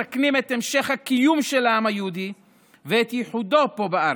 מסכנים את המשך הקיום של העם היהודי ואת ייחודו פה בארץ.